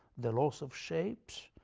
the loss of shapes,